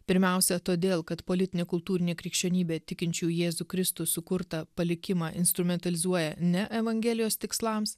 pirmiausia todėl kad politinė kultūrinė krikščionybė tikinčių jėzų kristų sukurtą palikimą instrumentalizuoja ne evangelijos tikslams